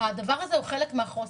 הדבר הזה הוא חלק מן החוסן.